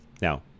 Now